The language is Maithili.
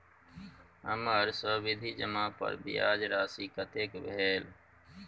हमर सावधि जमा पर ब्याज राशि कतेक भेल?